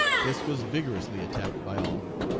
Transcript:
this was vigorously attacked by all.